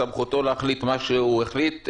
זו סמכותו להחליט מה שהוא החליט.